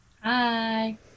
Hi